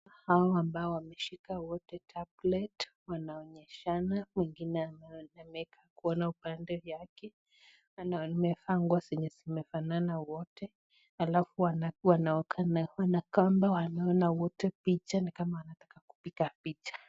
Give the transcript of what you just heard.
Hao ambao wameshika wote tablet wanaonyeshana, wengine wanakaa kuona wanapande yake, kuna wenye wamevaa nguo umefanana wote alafu wanakuwa wanaona wote picha ni kama anataka kupiga picha.